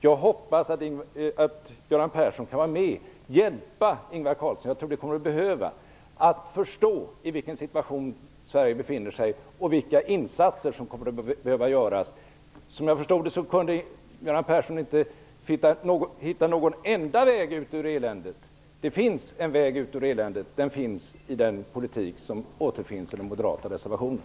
Jag hoppas att Göran Persson kan vara med och hjälpa Ingvar Carlsson - jag tror att det kommer att behövas - att förstå vilken situation Sverige befinner sig i och vilka insatser som kommer att behöva göras. Såvitt jag förstod, kunde Göran Persson inte hitta någon enda väg ut ur eländet. Det finns en väg ut ur eländet, och den finns i den politik som återges i den moderata reservationen.